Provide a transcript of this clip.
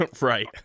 Right